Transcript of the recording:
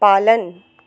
पालन